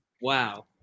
Wow